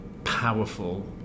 powerful